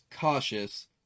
cautious